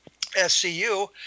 SCU